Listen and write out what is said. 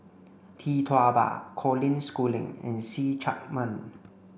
Tee Tua Ba Colin Schooling and See Chak Mun